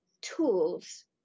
tools